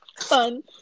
Fun